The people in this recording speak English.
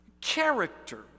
character